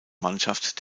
mannschaft